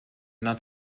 not